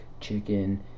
chicken